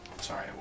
sorry